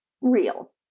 real